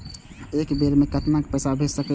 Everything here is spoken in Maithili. एक बेर में केतना पैसा भेज सके छी?